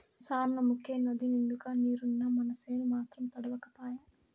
సార్నముకే నదినిండుగా నీరున్నా మనసేను మాత్రం తడవక పాయే